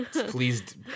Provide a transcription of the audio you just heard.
Please